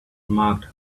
marked